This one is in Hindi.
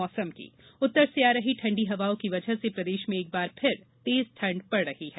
मौसम उत्तर से आ रही ठंडी हवाओं की वजह से प्रदेश में एक बार फिर तेज ठंड पड़ रही है